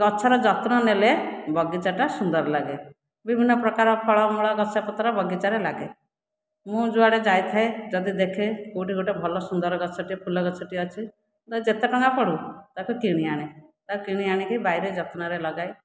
ଗଛର ଯତ୍ନ ନେଲେ ବଗିଚାଟା ସୁନ୍ଦର ଲାଗେ ବିଭିନ୍ନ ପ୍ରକାର ଫଳମୂଳ ଗଛପତ୍ର ବଗିଚାରେ ଲାଗେ ମୁଁ ଯେଉଁଆଡ଼େ ଯାଇଥାଏ ଯଦି ଦେଖେ କେଉଁଠି ଗୋଟିଏ ଭଲ ସୁନ୍ଦର ଗଛଟିଏ ଫୁଲ ଗଛଟିଏ ଅଛି ଯେତେ ଟଙ୍କା ପଡ଼ୁ ତାକୁ କିଣିଆଣେ ତାକୁ କିଣିଆଣିକି ବାଡ଼ିରେ ଯତ୍ନ କରିକି ଲଗାଏ